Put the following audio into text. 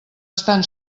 estan